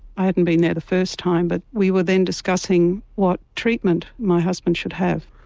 i hadn't been there the first time but we were then discussing what treatment my husband should have.